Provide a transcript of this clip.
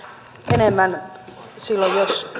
enemmän silloin